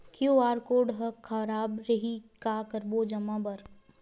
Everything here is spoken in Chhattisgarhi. क्यू.आर कोड हा खराब रही का करबो जमा बर?